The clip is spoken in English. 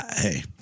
hey